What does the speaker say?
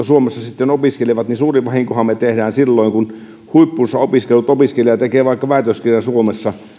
suomessa sitten opiskelevat suurin vahinko tehdään silloin kun huippuunsa opiskellut opiskelija tekee vaikka väitöskirjan suomessa